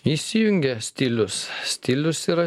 įsijungė stilius stilius yra